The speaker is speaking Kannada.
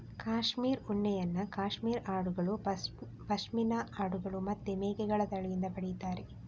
ಕ್ಯಾಶ್ಮೀರ್ ಉಣ್ಣೆಯನ್ನ ಕ್ಯಾಶ್ಮೀರ್ ಆಡುಗಳು, ಪಶ್ಮಿನಾ ಆಡುಗಳು ಮತ್ತೆ ಮೇಕೆಗಳ ತಳಿಯಿಂದ ಪಡೀತಾರೆ